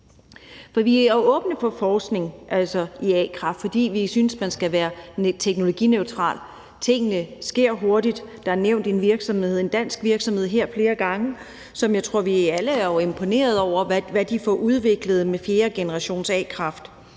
Vi er åbne over for forskning i a-kraft, fordi vi synes, at man skal være teknologineutral. Tingene sker hurtigt. Der er nævnt en dansk virksomhed her flere gange, som jeg tror vi alle er imponeret over, altså hvad de får udviklet med fjerdegenerations-a-kraft,